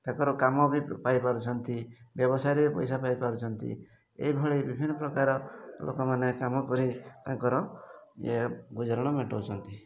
ତାଙ୍କର କାମ ବି ପାଇପାରୁଛନ୍ତି ବ୍ୟବସାୟରେ ବି ପଇସା ପାଇପାରୁଛନ୍ତି ଏହିଭଳି ବିଭିନ୍ନ ପ୍ରକାର ଲୋକମାନେ କାମ କରି ତାଙ୍କର ଇଏ ଗୁଜୁରାଣ ମେଣ୍ଟାଉଛନ୍ତି